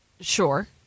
Sure